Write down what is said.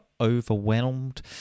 overwhelmed